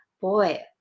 boy